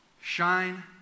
Shine